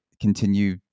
Continue